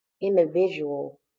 individual